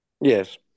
Yes